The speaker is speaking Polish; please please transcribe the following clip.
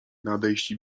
nadejść